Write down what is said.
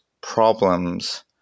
problems